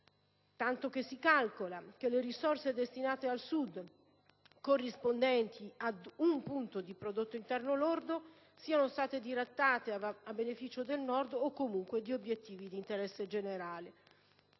Infatti, si calcola che le risorse destinate al Sud, corrispondenti ad un punto di prodotto interno lordo, siano state dirottate a beneficio del Nord o comunque di obiettivi di interesse generale.